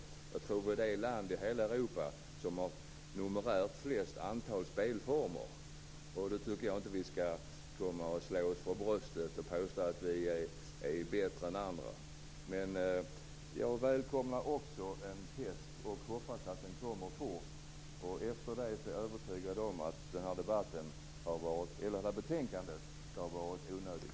Jag tror att vi är det land i hela Europa som numerärt sett har flest antal spelformer. Då tycker jag inte att vi skall komma och slå oss för bröstet och påstå att vi är bättre än andra. Jag välkomnar också ett test och hoppas att den kommer fort. Efter det är jag övertygad om att det kommer att visa sig att det här betänkandet har varit onödigt.